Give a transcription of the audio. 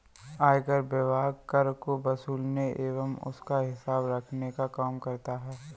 आयकर विभाग कर को वसूलने एवं उसका हिसाब रखने का काम करता है